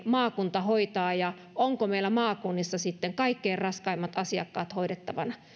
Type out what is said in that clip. maakunta hoitaa ja onko meillä maakunnissa sitten kaikkein raskaimmat asiakkaat hoidettavana